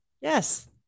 Yes